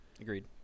Agreed